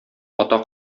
ата